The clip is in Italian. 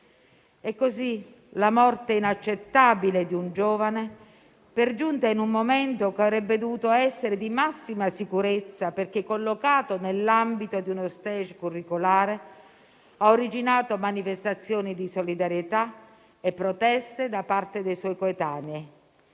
Così, la morte inaccettabile di un giovane, per giunta in un momento che avrebbe dovuto essere di massima sicurezza perché collocato nell'ambito di uno *stage* curricolare, ha originato manifestazioni di solidarietà e proteste da parte dei suoi coetanei.